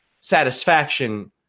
satisfaction